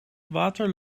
water